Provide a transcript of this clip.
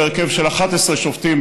בהרכב של 11 שופטים,